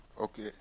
Okay